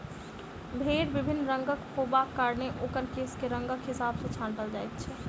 भेंड़ विभिन्न रंगक होयबाक कारणेँ ओकर केश के रंगक हिसाब सॅ छाँटल जाइत छै